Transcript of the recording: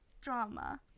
Drama